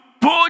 put